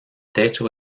techo